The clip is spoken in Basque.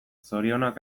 zorionak